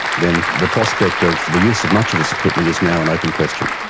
then the prospect of the use of much of this equipment is now an open question.